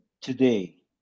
today